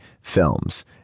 films